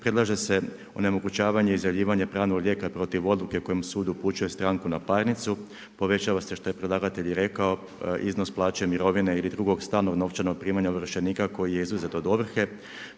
Predlaže se onemogućavanje i izjavljivanje pravnog lijeka protiv odluke kojim sud upućuje stranku na parnicu, povećava se što je predlagatelj i rekao iznos plaće, mirovine ili drugog stalnog novčanog primanja ovršenika koji je izuzet od ovrhe.